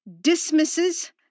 dismisses